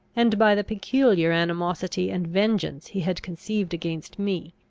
and by the peculiar animosity and vengeance he had conceived against me.